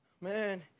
Man